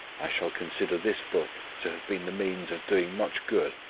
i shall consider this book to have been the means of doing much good,